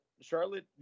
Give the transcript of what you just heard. Charlotte